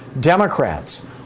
democrats